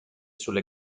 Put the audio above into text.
sulle